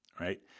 right